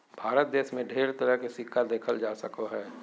भारत देश मे ढेर तरह के सिक्का देखल जा सको हय